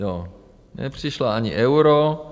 Jo, nepřišlo ani euro.